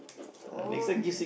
okay